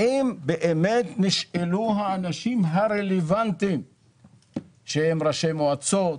האם באמת נשאלו האנשים הרלוונטיים שהם ראשי מועצות,